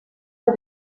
für